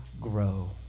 grow